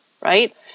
Right